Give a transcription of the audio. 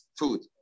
food